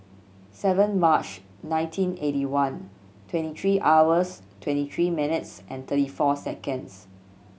seven March nineteen eighty one twenty three hours twenty three minutes thirty four seconds